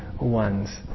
ones